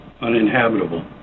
uninhabitable